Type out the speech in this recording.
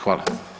Hvala.